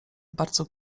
bardzo